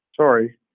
sorry